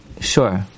Sure